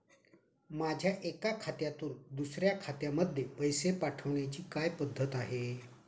माझ्या एका खात्यातून दुसऱ्या खात्यामध्ये पैसे पाठवण्याची काय पद्धत आहे?